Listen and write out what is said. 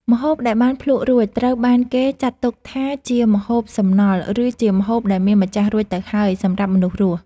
ម្ហូបដែលបានភ្លក្សរួចត្រូវបានគេចាត់ទុកថា ជាម្ហូបសំណល់ ឬជាម្ហូបដែលមានម្ចាស់រួចទៅហើយសម្រាប់មនុស្សរស់។